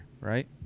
right